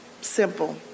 simple